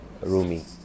Rumi